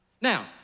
Now